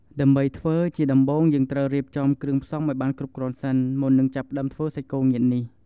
ដើម្បីធ្វើ ជាដំបូងយើងត្រូវរៀបចំគ្រឿងផ្សំឲ្យបានគ្រប់គ្រាន់សិន មុននឹងចាប់ផ្តើមធ្វើសាច់គោងៀតនេះ។